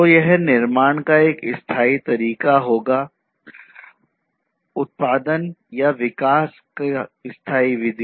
तो यह निर्माण का एक स्थायी तरीका होगा उत्पादन या विकास की स्थायी विधि